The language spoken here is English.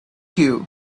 you